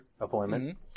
appointment